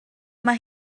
mae